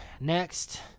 Next